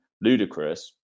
ludicrous